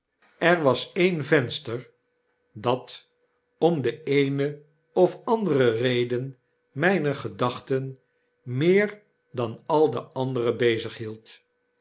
er was e'en venster dat om de eene ofandere reden mijne gedachten meer dan al de andere